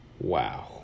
Wow